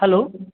hello